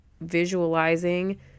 visualizing